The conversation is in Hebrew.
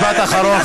משפט אחרון,